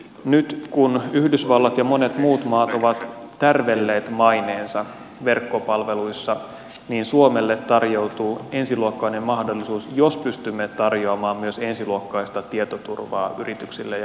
nyt kun yhdysvallat ja monet muut maat ovat tärvelleet maineensa verkkopalveluissa niin suomelle tarjoutuu ensiluokkainen mahdollisuus jos pystymme tarjoamaan myös ensiluokkaista tietoturvaa yrityksille ja asiakkaille